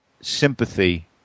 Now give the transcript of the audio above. sympathy